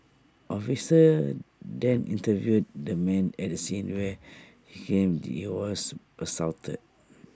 officers then interviewed the man at the scene where he claimed he was assaulted